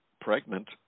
pregnant